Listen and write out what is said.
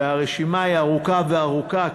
והרשימה היא ארוכה ארוכה,